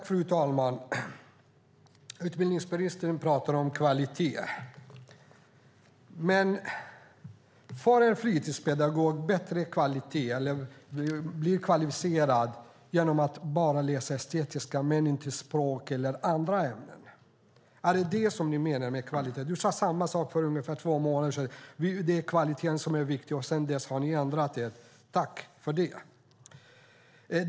Fru talman! Utbildningsministern talar om kvalitet. Får en fritidspedagog bättre kvalitet eller blir bättre kvalificerad genom att läsa bara estetiska ämnen och inte språk eller andra ämnen? Är det detta ni menar med kvalitet? Du sade samma sak för ungefär två månader sedan, alltså att det är kvaliteten som är viktig. Sedan dess har ni ändrat er. Tack för det!